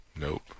Nope